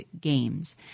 Games